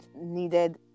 needed